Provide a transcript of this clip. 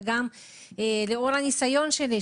וגם לאור הניסיון שלי,